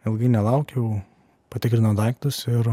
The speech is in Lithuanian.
ilgai nelaukiau patikrinau daiktus ir